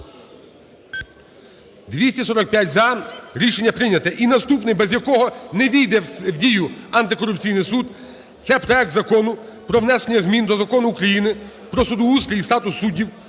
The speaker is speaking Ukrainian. За-245 Рішення прийняте. І наступний, без якого не ввійде в дію антикорупційний суд, це проект Закону про внесення змін до Закону України "Про судоустрій і статус суддів"